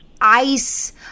ice